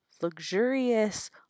luxurious